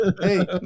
hey